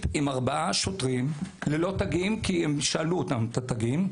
עם ארבעה שוטרים ללא תגים כי הם שאלו את התגים.